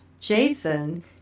Jason